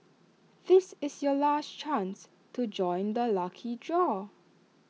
this is your last chance to join the lucky draw